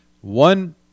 One